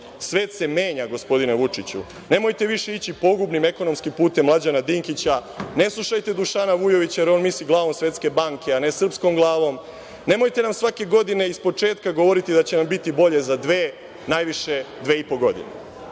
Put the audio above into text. se menja, gospodine Vučiću. Nemojte više ići pogubnim ekonomskim putem Mlađana Dinkića. Ne slušajte Dušana Vujovića, jer on misli glavom Svetske banke, a ne srpskom glavom. Nemojte nam svake godine ispočetka govoriti da će nam biti bolje za dve, najviše dve i po godine,